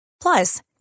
Plus